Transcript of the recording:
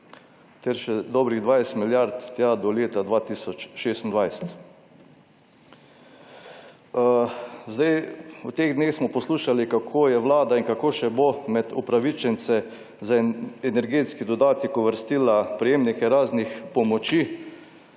ter še dobrih 20 milijard tja do leta 2026. V teh dneh smo poslušali kako je Vlada in kako še bo med upravičence za energetski dodatek uvrstila prejemnike raznih pomoči.